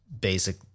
basic